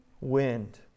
wind